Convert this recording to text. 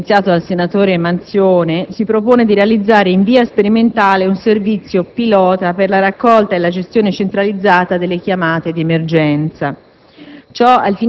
come evidenziato dal senatore Manzione, si propone di realizzare in via sperimentale un servizio pilota per la raccolta e la gestione centralizzata delle chiamate di emergenza.